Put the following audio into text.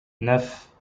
neuf